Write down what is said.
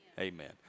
Amen